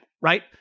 right